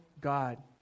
God